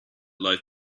life